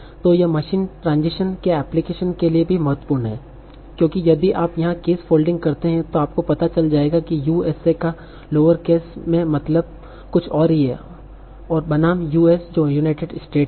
तो यह machine transition के एप्लीकेशन के लिए भी महत्वपूर्ण है क्योंकि यदि आप यहां केस फोल्डिंग करते हैं तो आपको पता चल जाएगा कि यू एस का लोअर केस में मतलब कुछ ओर ही है बनाम US जो यूनाइटेड स्टेट्स है